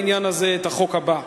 אני מציע בעניין הזה את החוק הבא: